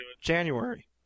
January